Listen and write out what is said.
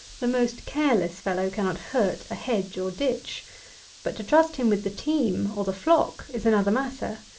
the most careless fellow cannot hurt a hedge or ditch but to trust him with the team, or the flock, is another matter.